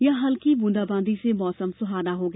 यहां हल्की बूंदाबांदी से मौसम सुहाना हो गया